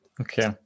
okay